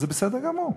אז זה בסדר גמור,